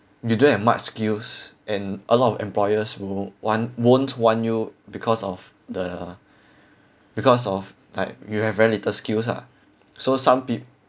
you don't have much skills and a lot of employers will want won't want you because of the because of like you have very little skills lah so some